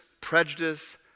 prejudice